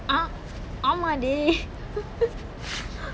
ah ஆமாண்டி:aamandi